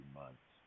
months